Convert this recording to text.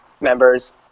members